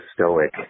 stoic